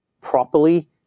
properly